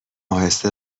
اهسته